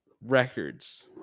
Records